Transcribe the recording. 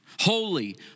Holy